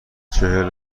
چهل